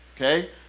okay